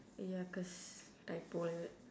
ya cause typo